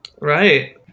Right